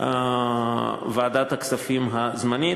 ועדת הכספים הזמנית,